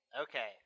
Okay